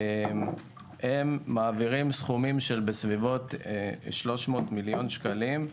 הם מעבירים סכומים של 300 מיליון שקלים בערך.